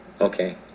Okay